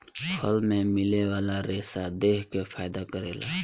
फल मे मिले वाला रेसा देह के फायदा करेला